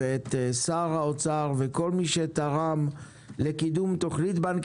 את שר האוצר ואת כל מי שתרם לקידום תוכנית בנק